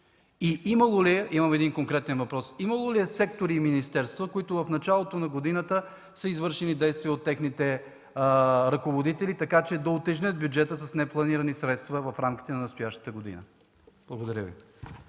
се случи? И имам един конкретен въпрос – имало ли е сектори и министерства, в които в началото на година са извършени действия от техните ръководители, така че да утежнят бюджета с непланирани средства в рамките на настоящата година? Благодаря Ви.